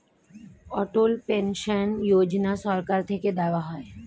অটল pension Yojana সরকার থেকে দেওয়া হয়